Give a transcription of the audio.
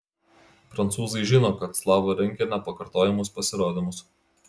prancūzai žino kad slava rengia nepakartojamus pasirodymus